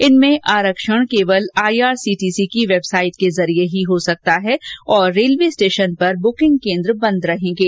इनमें आरक्षण केवल आईआरसीटीसी की वेबसाइट के जरिए ही हो सकता है और रेलवे स्टेशन पर बुकिंग केन्द्र बंद रहेंगे